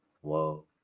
Whoa